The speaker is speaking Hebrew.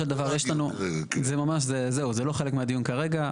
זה לא חלק מהדיון כרגע,